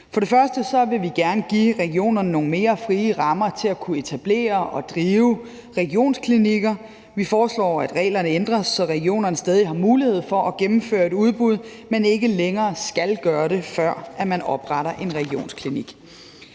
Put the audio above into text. For det første vil vi gerne give regionerne nogle mere frie rammer til at kunne etablere og drive regionsklinikker. Vi foreslår, at reglerne ændres, så regionerne stadig har mulighed for at gennemføre et udbud, men ikke længere skal gøre det, før man opretter en regionsklinik.